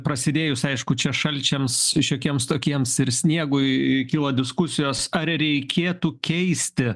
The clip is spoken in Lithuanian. prasidėjus aišku čia šalčiams šiokiems tokiems ir sniegui kyla diskusijos ar reikėtų keisti